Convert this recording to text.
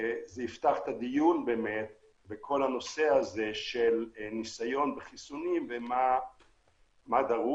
תפתח את הדיון על כל הנושא הזה של ניסיון בחיסונים ומה דרוש,